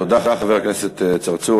תודה, חבר הכנסת צרצור.